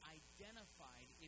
identified